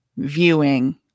viewing